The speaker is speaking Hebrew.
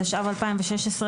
התשע"ו-2016,